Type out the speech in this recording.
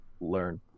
learn